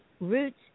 Roots